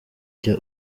jya